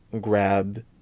grab